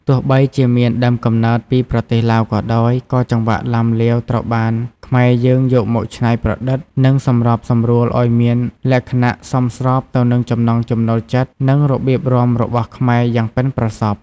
ទោះបីជាមានដើមកំណើតពីប្រទេសឡាវក៏ដោយ ក៏ចង្វាក់ឡាំលាវត្រូវបានខ្មែរយើងយកមកច្នៃប្រឌិត និងសម្របសម្រួលឲ្យមានលក្ខណៈសមស្របទៅនឹងចំណង់ចំណូលចិត្ត និងរបៀបរាំរបស់ខ្មែរយ៉ាងប៉ិនប្រសប់។